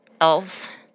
elves